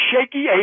shaky